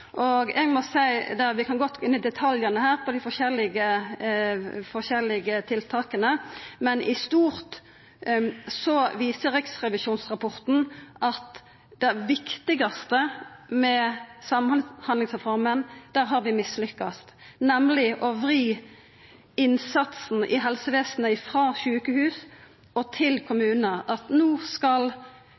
Eg må seia det at vi godt kan gå inn i detaljane her på dei forskjellige tiltaka, men i stort så viser riksrevisjonsrapporten at med tanke på det viktigaste med samhandlingsreforma, har vi mislukkast, nemleg når det gjeld å vri innsatsen i helsevesenet frå sjukehus og til kommunane, at hovudveksten no skal